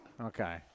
Okay